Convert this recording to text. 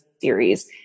series